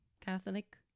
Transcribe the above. Catholic